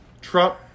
Trump